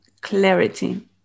clarity